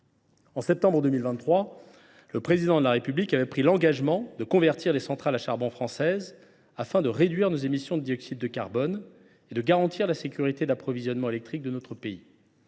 En septembre 2023, le Président de la République avait pris l’engagement de convertir les centrales à charbon françaises afin de réduire nos émissions de dioxyde de carbone et de garantir la sécurité d’approvisionnement électrique de notre pays.